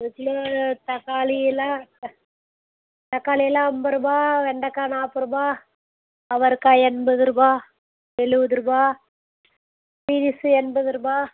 ஒரு சில தக்காளி எல்லாம் தக்காளி எல்லாம் ஐம்பருபா வெண்டக்காய் நாப்பதுருபா அவரக்காய் எண்பது ரூபா எழுவது ரூபா பீன்ஸ்ஸு எண்பது ரூபா